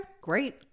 great